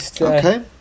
Okay